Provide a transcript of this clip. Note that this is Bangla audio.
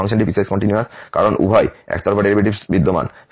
এই ফাংশনটি পিসওয়াইস কন্টিনিউয়াস কারণ উভয় একতরফা ডেরিভেটিভস বিদ্যমান